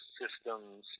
systems